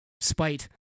spite